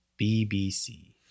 BBC